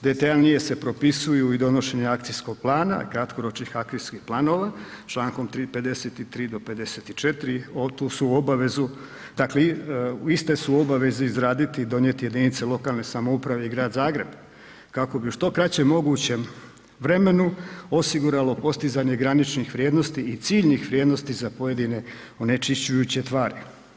Detaljnije se propisuje i donošenje akcijskog plana, kratkoročnih akcijskih planova, čl. 53.-54. tu su obvezu, dakle iste su obaveze izraditi i donijeti jedinice lokalne samouprave i Grad Zagreb kako bi u što kraćem mogućem vremenu osiguralo postizanje graničnih vrijednosti i ciljnih vrijednosti za pojedine onečišćujuće tvari.